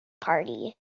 party